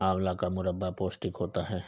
आंवला का मुरब्बा पौष्टिक होता है